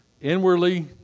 Inwardly